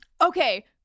Okay